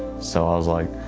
so i was like,